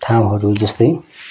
ठाउँहरू जस्तै